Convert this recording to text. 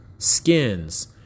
skins